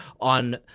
on